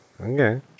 okay